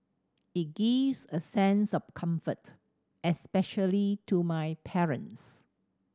it gives a sense of comfort especially to my parents